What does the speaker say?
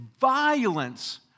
violence